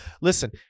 listen